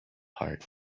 heart